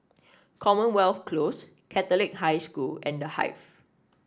Commonwealth Close Catholic High School and The Hive